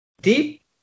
deep